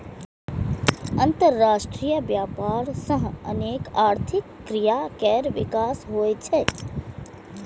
अंतरराष्ट्रीय व्यापार सं अनेक आर्थिक क्रिया केर विकास होइ छै